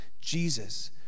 Jesus